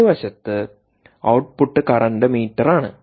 വലതുവശത്ത് output current മീറ്ററാണ്